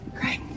great